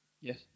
Yes